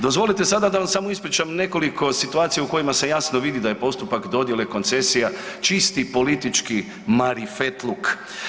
Dozvolite sada da vam samo ispričam nekoliko situacija u kojima se jasno vidi da je postupak dodjele koncesija čisti politički marifetluk.